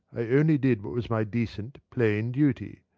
i only did what was my decent, plain duty.